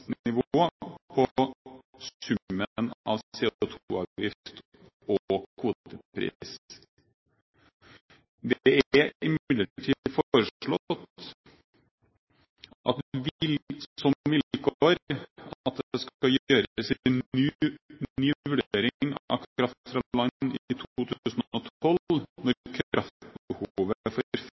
nivå på summen av CO2-avgift og kvotepris. Det er imidlertid foreslått som vilkår at det skal gjøres en ny vurdering av kraft fra land i 2012, når kraftbehovet for felt i Ekofisk-området og